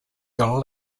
your